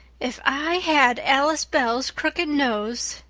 if i had alice bell's crooked nose,